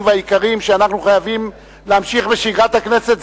והיקרים שאנחנו חייבים להמשיך בשגרת הכנסת.